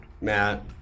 Matt